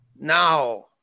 now